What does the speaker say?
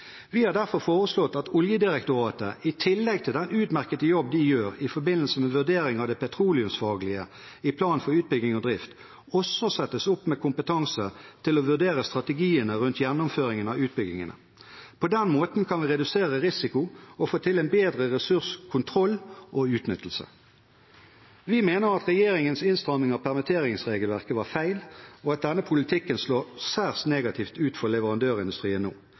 Vi har derfor foreslått at Oljedirektoratet, i tillegg til den utmerkede jobben de gjør i forbindelse med vurderingen av det petroleumsfaglige i plan for utbygging og drift, også settes opp med kompetanse til å vurdere strategiene rundt gjennomføringen av utbyggingene. På den måten kan vi redusere risiko og få til en bedre ressurskontroll og -utnyttelse. Vi mener at regjeringens innstramming av permitteringsregelverket var feil, og at denne politikken slår særs negativt ut for leverandørindustrien nå.